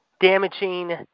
damaging